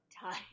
time